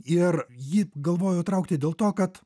ir jį galvojau įtraukti dėl to kad